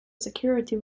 security